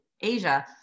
Asia